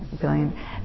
billion